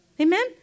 Amen